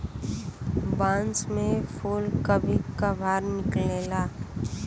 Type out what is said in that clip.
बांस में फुल कभी कभार निकलेला